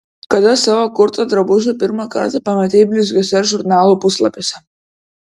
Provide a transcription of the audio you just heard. kada savo kurtą drabužį pirmą kartą pamatei blizgiuose žurnalų puslapiuose